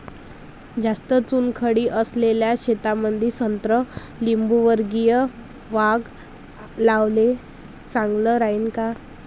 जास्त चुनखडी असलेल्या शेतामंदी संत्रा लिंबूवर्गीय बाग लावणे चांगलं राहिन का?